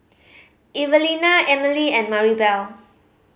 Evelena Emely and Maribel